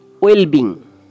well-being